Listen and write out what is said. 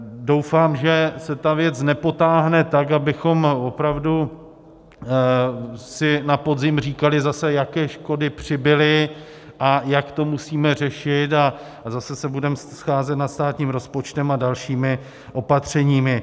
Doufám, že se ta věc nepotáhne tak, abychom opravdu si na podzim říkali zase, jaké škody přibyly a jak to musíme řešit, a zase se budeme scházet nad státním rozpočtem a dalšími opatřeními.